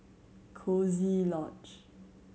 Coziee Lodge